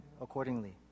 accordingly